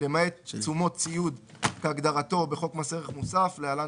למעט תשומות ציוד כהגדרתו בחוק מס ערך מוסף (להלן,